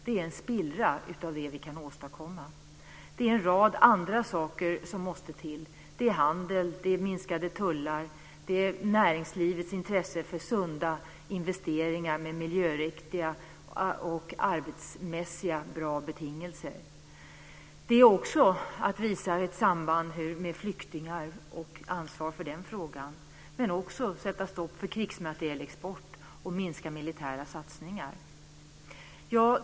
Det är en spillra av det vi kan åstadkomma. Det är en rad andra saker som måste till. Det är handel. Det är minskade tullar. Det är näringslivets intresse för sunda investeringar med miljöriktiga och arbetsmässigt bra betingelser. Det är också att visa ett samband med flyktingar och att ta ansvar för den frågan. Dessutom är det att sätta stopp för krigsmaterielexport och att minska de militära satsningarna.